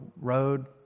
road